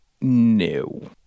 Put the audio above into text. No